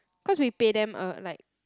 cause we pay them uh like